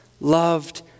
loved